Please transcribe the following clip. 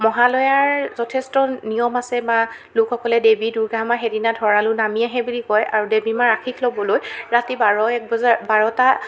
মহালয়াৰ যথেষ্ট নিয়ম আছে বা লোকসকলে দেৱী দূৰ্গা মা সেইদিনা ধৰালৈ নামি আহে বুলি কয় আৰু দেৱী মাৰ আশীষ ল'বলৈ ৰাতি বাৰ এক বজা বাৰটা